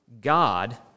God